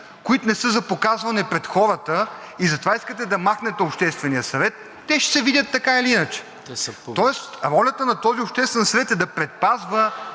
които не са за показване пред хората и затова искате да махнете Обществения съвет, те ще се видят така или иначе. Тоест, ролята на този обществен съвет е да предпазва